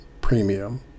premium